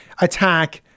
attack